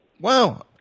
Wow